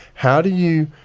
how do you,